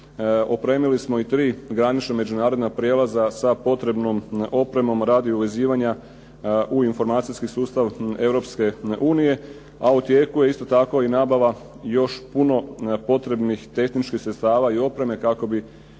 Opremili smo i tri granična međunarodna prijelaza sa potrebnom opremom radi uvezivanja u informacijski sustav Europske unije a u tijeku je isto tako i nabava još puno potrebnih tehničkih sredstava i opreme kako bi